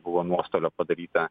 buvo nuostolio padaryta